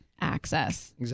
Access